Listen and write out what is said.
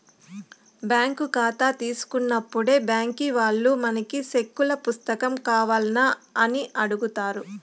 bank కాతా తీసుకున్నప్పుడే బ్యాంకీ వాల్లు మనకి సెక్కుల పుస్తకం కావాల్నా అని అడుగుతారు